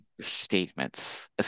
Statements